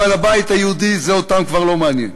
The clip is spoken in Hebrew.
אבל הבית היהודי, אותם זה כבר לא מעניין.